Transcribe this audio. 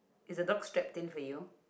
is the dog strapped in for you